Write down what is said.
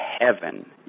heaven